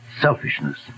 Selfishness